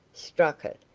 struck it,